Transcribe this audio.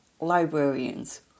librarians